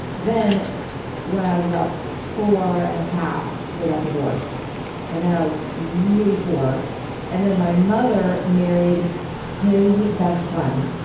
then when i was about four and a half they got divorced and then i was really poor and then my mother married his best friend.